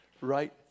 right